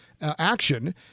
action